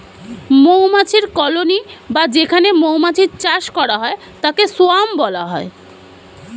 মৌমাছির কলোনি বা যেখানে মৌমাছির চাষ করা হয় তাকে সোয়ার্ম বলে